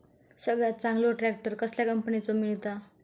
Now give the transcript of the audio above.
सगळ्यात चांगलो ट्रॅक्टर कसल्या कंपनीचो मिळता?